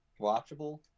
watchable